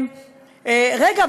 רגע,